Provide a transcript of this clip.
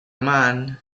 man